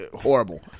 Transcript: horrible